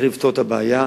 לפתור את הבעיה,